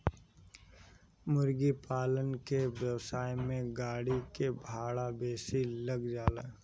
मुर्गीपालन के व्यवसाय में गाड़ी के भाड़ा बेसी लाग जाला